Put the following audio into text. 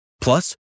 Plus